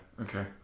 okay